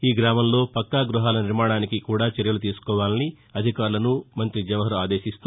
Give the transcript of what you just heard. ఈ గ్రామంలో పక్కాగ్భహాల నిర్మానానికి కూడా చర్యలు తీసుకోవాలని అధికారులను మంత్రి జవహర్ ఆదేశిస్తూ